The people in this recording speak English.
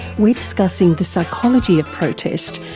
we're discussing the psychology of protest,